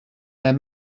their